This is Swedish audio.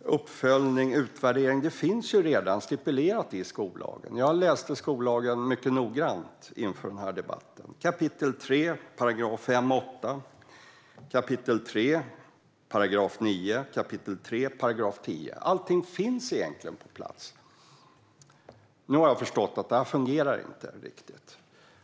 uppföljning och utvärdering finns ju redan stipulerat i skollagen. Jag läste skollagen mycket noggrant inför den här debatten. Allting finns redan där, i 3 kap. 5-8 § och i 3 kap. 9-10 §. Nu har jag förstått att det som står i skollagen inte riktigt fungerar.